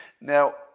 Now